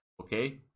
okay